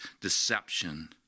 deception